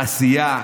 התעשייה,